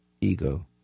ego